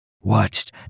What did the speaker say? Watched